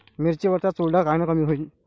मिरची वरचा चुरडा कायनं कमी होईन?